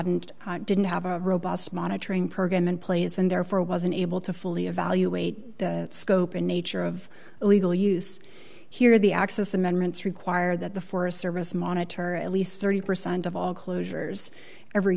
hadn't didn't have a robust monitoring program in place and therefore wasn't able to fully evaluate the scope and nature of illegal use here the access amendments require that the forest service monitor at least thirty percent of closures every